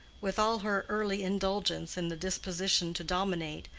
with all her early indulgence in the disposition to dominate,